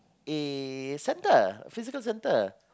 a center a physical center